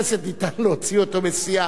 מסיעה.